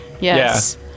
Yes